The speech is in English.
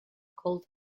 called